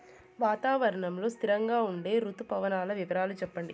వాతావరణం లో స్థిరంగా ఉండే రుతు పవనాల వివరాలు చెప్పండి?